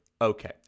okay